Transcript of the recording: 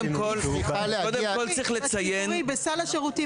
היא הגיעה בציבורי, דרך סל השירותים.